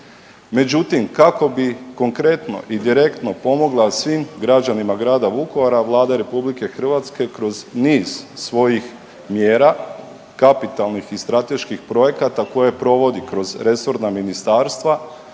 međutim, kako bi konkretno i direktno pomogla svim građanima grada Vukovara, Vlada je RH kroz niz svojih mjera, kapitalnih i strateških projekata koje provodi kroz resorna ministarstva,